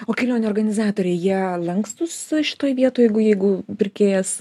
o kelionių organizatoriai jie lankstūs šitoj vietoj jeigu pirkėjas